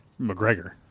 McGregor